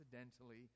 accidentally